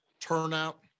turnout